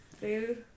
food